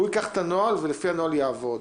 הוא ייקח את הנוהל ולפי הנוהל יעבוד.